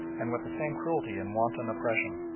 and with the same cruelty and wanton oppression.